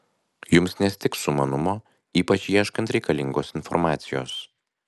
jums nestigs sumanumo ypač ieškant reikalingos informacijos